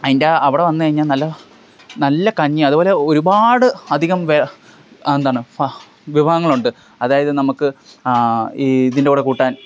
അതിൻ്റെ അവിടെ വന്നുകഴിഞ്ഞാൽ നല്ല നല്ല കഞ്ഞി അതുപോലെ ഒരുപാട് അധികം വെ എന്താണ് ഫ വിഭവങ്ങളുണ്ട് അതായത് നമുക്ക് ഇ ഇതിൻ്റെ കൂടെ കൂട്ടാൻ